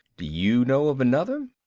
do you know of another?